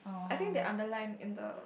I think they underline in the